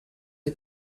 dei